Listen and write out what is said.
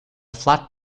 flat